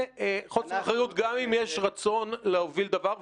זה חוסר אחריות, גם אם יש רצון להוביל דבר.